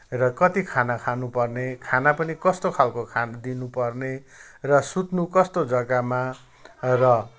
र कति खाना खानपर्ने खाना पनि कस्तो खालको खान दिनपर्ने र सुत्न कस्तो जग्गामा र